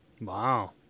Wow